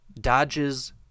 Dodge's